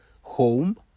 home